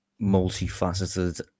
multifaceted